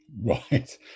Right